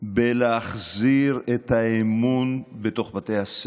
להחזיר את האמון בתוך בתי הספר,